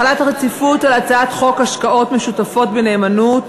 החלת דין רציפות על הצעת חוק השקעות משותפות בנאמנות